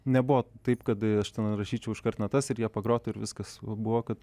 nebuvo taip kad aš ten rašyčiau iškart natas ir jie pagrotų ir viskas o buvo kad